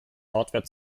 hardware